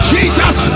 Jesus